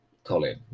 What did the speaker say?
Colin